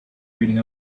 reading